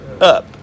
up